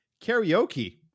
Karaoke